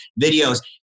videos